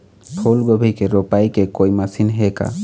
फूलगोभी के रोपाई के कोई मशीन हे का?